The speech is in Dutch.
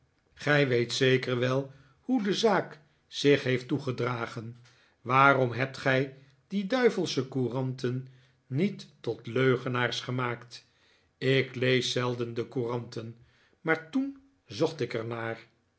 gij weet zeker wel hoe de zaak zich heeft toegedragen waarom hebt gij die duivelsche couranten niet tot leugenaars gemaakt ik lees zelden de courant maar toen zocht ik